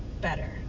better